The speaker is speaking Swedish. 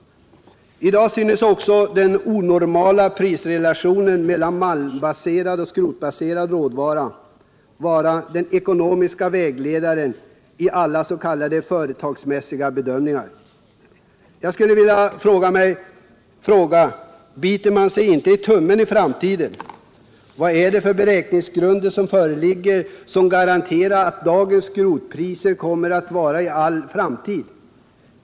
I dag synes den onormala prisrelationen mellan malmbaserad och skrotbaserad råvara vara den ekonomiska vägledaren i alla s.k. företagsmässiga bedömningar. Jag skulle vilja fråga: Biter man sig inte i tummen i framtiden? Vad är det för beräkningsgrunder som föreligger och som garanterar att dagens skrotpriser kommer att vara i all framtid?